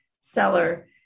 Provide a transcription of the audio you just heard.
Seller